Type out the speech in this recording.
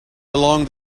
along